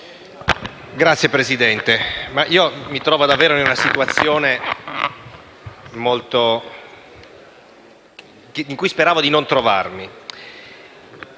Signor Presidente, mi trovo davvero in una situazione in cui speravo di non trovarmi.